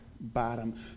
bottom